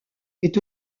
est